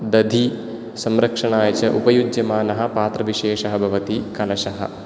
दधि संरक्षणाय च उपयुज्यमानः पात्रविशेषः भवति कलशः